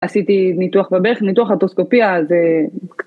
עשיתי ניתוח וברך, ניתוח אטרוסקופיה, זה...